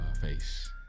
face